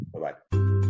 bye-bye